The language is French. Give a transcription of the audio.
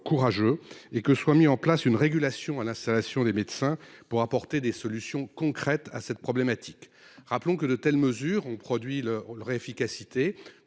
et que soit mise en place une régulation à l’installation des médecins pour apporter des solutions concrètes à cette problématique. Rappelons que de telles mesures ont produit leur efficacité